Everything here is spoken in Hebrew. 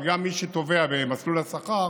אבל גם מי שתובע במסלול השכר